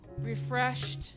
refreshed